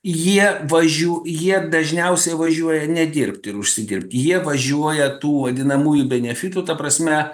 jie važiuo jie dažniausiai važiuoja nedirbt ir užsidirbt jie važiuoja tų vadinamųjų benefitų ta prasme